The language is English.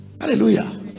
Hallelujah